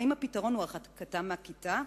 האם הפתרון הוא הרחקתם מהכיתה?